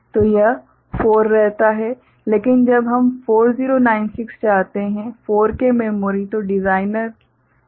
तो यह 4 रहता है लेकिन अब हम 4096 चाहते हैं 4K मेमोरी जो डिजाइनर के लिए उपलब्ध स्थान है